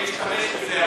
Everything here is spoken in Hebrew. כדי להשתמש בזה,